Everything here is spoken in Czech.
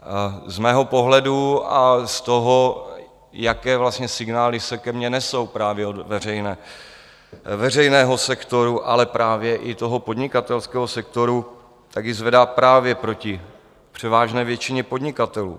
Z mého pohledu a z toho, jaké vlastně signály se ke mně nesou právě od veřejného sektoru, ale právě i toho podnikatelského sektoru, tak ji zvedá právě proti převážné většině podnikatelů.